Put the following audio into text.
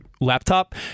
laptop